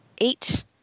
eight